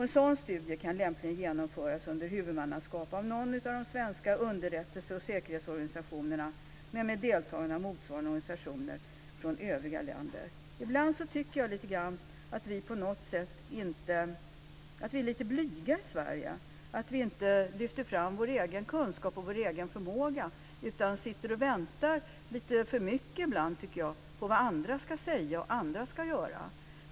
En sådan studie kan lämpligen genomföras under huvudmannaskap av någon av de svenska underrättelse och säkerhetsorganisationerna och med deltagande av motsvarande organisationer från övriga länder. Ibland tycker jag att vi på något sätt är lite blyga i Sverige och att vi inte lyfter fram vår egen kunskap och vår egen förmåga utan sitter och väntar lite för mycket ibland på vad andra ska säga och vad andra ska göra.